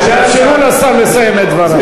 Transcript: תאפשרו לשר לסיים את דבריו.